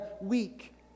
weak